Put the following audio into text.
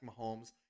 Mahomes